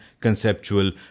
conceptual